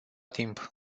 timp